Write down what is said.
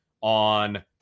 on